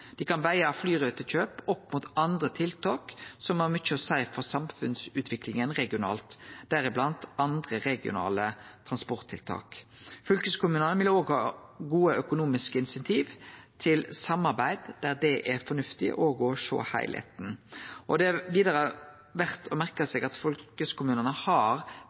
Dei kan vege flyrutekjøp opp mot andre tiltak som har mykje å seie for samfunnsutviklinga regionalt, deriblant andre regionale transporttiltak. Fylkeskommunane vil ha gode økonomiske insentiv til samarbeid der det er fornuftig, og òg sjå heilskapen. Det er vidare verdt å merke seg at fylkeskommunane har